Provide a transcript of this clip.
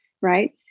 right